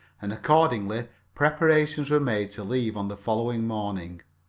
and accordingly preparations were made to leave on the following morning.